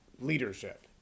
leadership